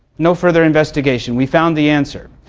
no further investigation. we've found the answer.